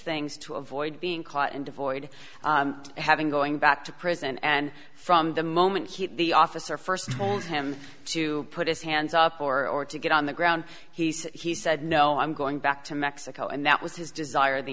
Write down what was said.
things to avoid being caught and avoid having going back to prison and from the moment he the officer first told him to put his hands up or to get on the ground he said he said no i'm going back to mexico and that was his desire the